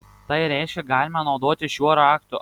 tai reiškia kad galime naudotis šiuo raktu